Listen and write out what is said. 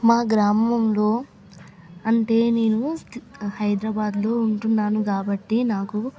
మా గ్రామంలో అంటే నేను హైదరాబాదులో ఉంటున్నాను కాబట్టి నాకు